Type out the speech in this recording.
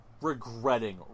regretting